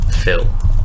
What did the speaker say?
Phil